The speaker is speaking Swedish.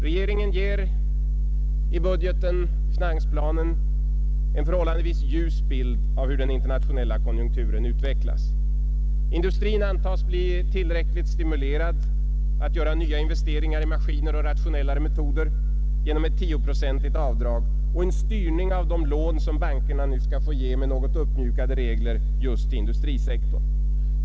Regeringen ger i budgeten och finansplanen en förhållandevis ljus bild av hur den internationella konjunkturen utvecklas. Industrin antas bli tillräckligt stimulerad av att man gör nya investeringar i maskiner och i rationellare metoder genom ett 10-procentigt avdrag och en styrning av de lån som bankerna nu skall få ge, med något uppmjukade regler just till industrisektorn.